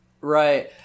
Right